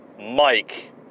Mike